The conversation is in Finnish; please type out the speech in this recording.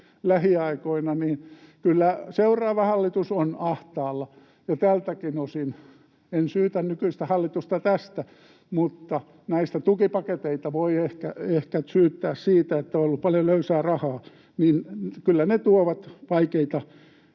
lähiaikoina, niin kyllä seuraava hallitus on ahtaalla tältäkin osin. En syytä nykyistä hallitusta tästä, mutta näistä tukipaketeista voi ehkä syyttää, siitä, että on ollut paljon löysää rahaa, ja kyllä ne tuovat vaikeita